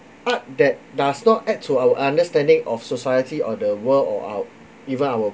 art that does not add to our understanding of society or the world or our even our